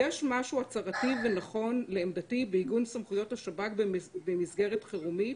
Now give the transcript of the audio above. יש משהו הצהרתי ונכון לעמדתי בעיגון סמכויות השב"כ במסגרת חירומית